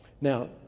Now